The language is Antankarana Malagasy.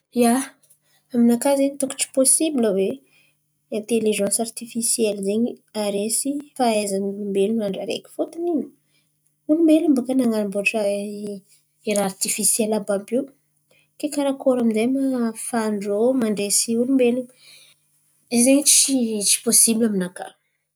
Ia, aminakà zen̈y tokony ty pôsibla oe aintelizansy aritifisiely zen̈y, haresy fahaizan̈y olombelona andra areky. Fôtiny nino olombelona baka nanamboatra, raha aritifisiely àby io, kay karakory amindray ma ahafan-drô mandresy ny olombelon̈o izen̈y tsy tsy pôsibla aminakà.